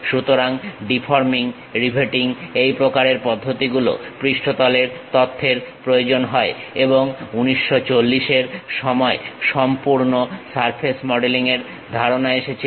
সুতরাং deforming riveting এই প্রকারের পদ্ধতি গুলো পৃষ্ঠতলের তথ্যের প্রয়োজন হয় এবং 1940 এর সময় সম্পূর্ণ সারফেস মডেলিং এর ধারণা এসেছিল